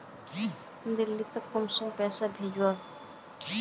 दिल्ली त कुंसम पैसा भेज ओवर?